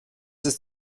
ist